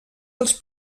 dels